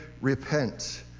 repent